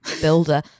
builder